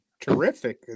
Terrific